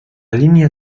línia